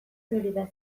florida